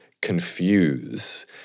confuse